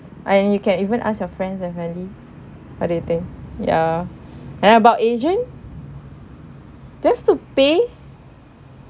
ah and you can even ask your friends and family what do you think ya and about agent do you have to pay